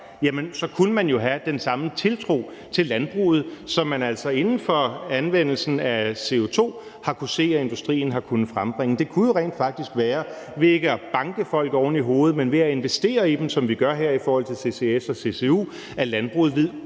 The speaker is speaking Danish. kunne man jo have den samme tiltro til landbruget, som man altså inden for anvendelsen af CO2 har kunnet se, at industrien har kunnet frembringe. Det kunne jo rent faktisk være ved ikke at banke folk oven i hovedet, men ved at investere i dem, som vi gør her i forhold til ccs og ccu, at landbruget ville